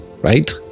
right